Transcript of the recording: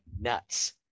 nuts